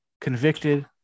convicted